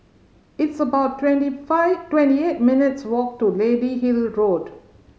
it's about twenty five twenty eight minutes' walk to Lady Hill Road